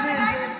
חבר איתן גינזבורג.